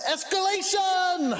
Escalation